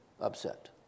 upset